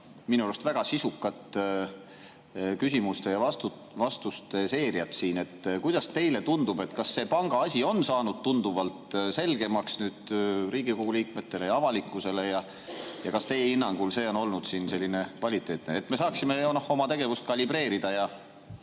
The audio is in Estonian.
minu arust väga sisukat küsimuste ja vastuste seeriat siin, kuidas teile tundub, kas see panga asi on saanud tunduvalt selgemaks nüüd Riigikogu liikmetele ja avalikkusele? Ja kas teie hinnangul see on olnud kvaliteetne? Et me saaksime oma tegevust kalibreerida ja